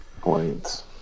points